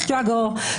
סליחה.